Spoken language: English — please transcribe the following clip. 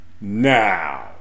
Now